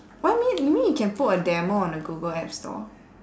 what you mean you mean you can put a demo on the google app store